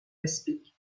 aspic